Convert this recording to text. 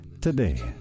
today